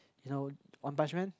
you know One Punch Man